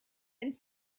and